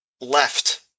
left